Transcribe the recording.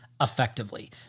effectively